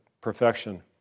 perfection